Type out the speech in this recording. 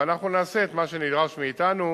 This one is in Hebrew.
אבל אנחנו נעשה את מה שנדרש מאתנו